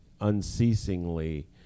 unceasingly